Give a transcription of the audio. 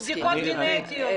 בדיקות גנטיות.